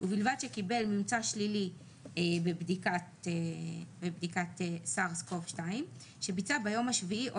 ובלבד שקיבל ממצא שלילי בבדיקה ל-SARS COV-2 שביצע ביום השביעי או